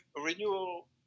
renewal